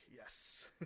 yes